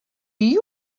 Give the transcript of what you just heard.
you